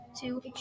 two